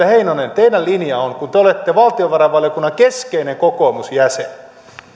heinonen kun te olette valtiovarainvaliokunnan keskeinen kokoomusjäsen